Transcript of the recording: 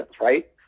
right